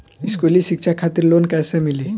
स्कूली शिक्षा खातिर लोन कैसे मिली?